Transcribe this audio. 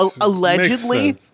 allegedly